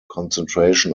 concentration